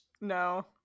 No